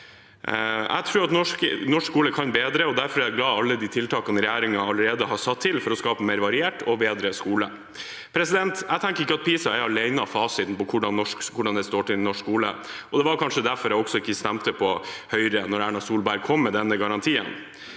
Jeg tror at norsk skole kan bedre, og derfor er jeg glad for alle de tiltakene regjeringen allerede har satt inn for å skape en mer variert og bedre skole. Jeg tenker ikke at PISA alene er fasiten for hvordan det står til i norsk skole, og det var kanskje også derfor jeg ikke stemte på Høyre da Erna Solberg kom med denne garantien.